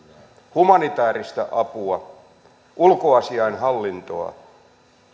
humanitääristä apua ulkoasiainhallintoa